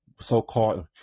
so-called